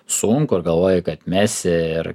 sunku ir galvojai kad mesi ir